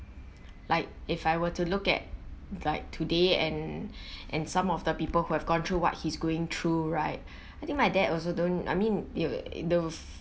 like if I were to look at like today and and some of the people who have gone through what he's going through right I think my dad also don't I mean you the